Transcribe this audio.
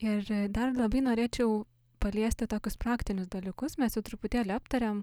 ir dar labai norėčiau paliesti tokius praktinius dalykus mes jau truputėlį aptarėm